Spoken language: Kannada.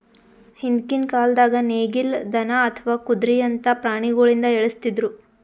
ಹಿಂದ್ಕಿನ್ ಕಾಲ್ದಾಗ ನೇಗಿಲ್, ದನಾ ಅಥವಾ ಕುದ್ರಿಯಂತಾ ಪ್ರಾಣಿಗೊಳಿಂದ ಎಳಸ್ತಿದ್ರು